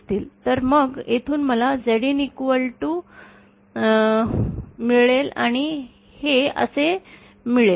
तर मग येथून मला Zin मिळेल आणि हे असे मिळेल